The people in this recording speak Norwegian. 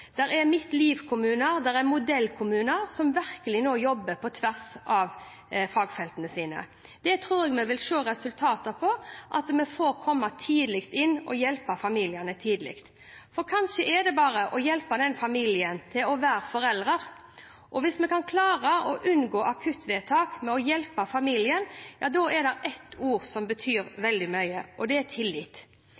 av fagfeltene sine. Jeg tror vi vil se resultater av at vi får komme tidlig inn og hjelpe familiene tidlig. For kanskje er hjelpen den familien trenger, at foreldrene får hjelp til å være foreldre. Hvis vi kan klare å unngå akuttvedtak ved å hjelpe familien, er det ett ord som betyr